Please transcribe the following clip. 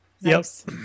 Yes